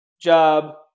job